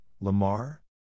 Lamar